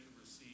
receive